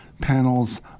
panels